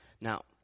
Now